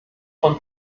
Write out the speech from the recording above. von